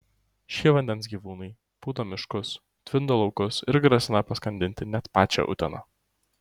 šie vandens gyvūnai pūdo miškus tvindo laukus ir grasina paskandinti net pačią uteną